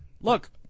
Look